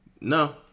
No